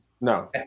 No